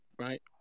right